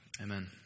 Amen